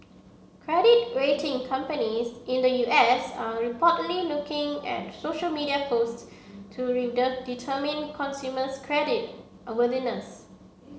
credit rating companies in the U S are reportedly looking at social media posts to determine consumer's credit worthiness